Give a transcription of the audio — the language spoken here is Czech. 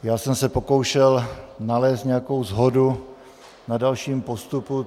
Já jsem se pokoušel nalézt nějakou shodu na dalším postupu.